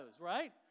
right